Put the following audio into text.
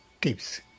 tips